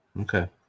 okay